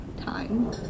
time